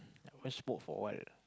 I want to smoke for a while ah